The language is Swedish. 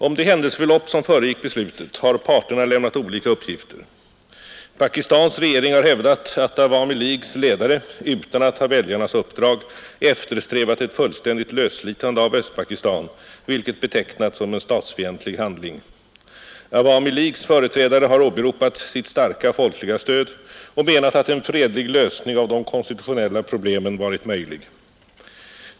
Om det händelseförlopp, som föregick beslutet, har parterna lämnat olika uppgifter. Pakistans regering har hävdat att Awami Leagues ledare, utan att ha väljarnas uppdrag, eftersträvat ett fullständigt lösslitande av Östpakistan, vilket betecknats som en statsfientlig handling. Awami Leagues företrädare har åberopat sitt starka folkliga stöd och menat att en fredlig lösning av de konstitutionella problemen varit möjlig.